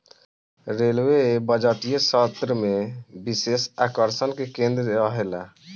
railway बजटीय सत्र में विशेष आकर्षण के केंद्र रहेला